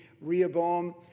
Rehoboam